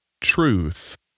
truth